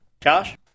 Josh